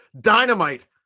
Dynamite